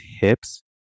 hips